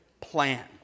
plan